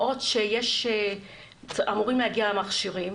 בעוד שאמורים להגיע מכשירים,